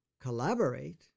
Collaborate